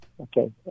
Okay